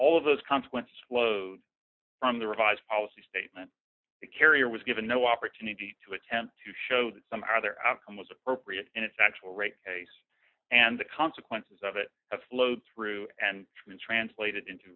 all of those consequences flowed from the revised policy statement the carrier was given no opportunity to attempt to show that some other outcome was appropriate and its actual rape case and the consequences of it have flowed through and translated into